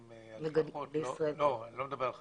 אני לא מדבר על חזירים,